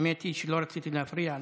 האמת היא שלא רציתי להפריע לך,